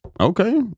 Okay